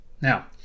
Now